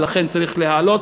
ולכן צריך להעלות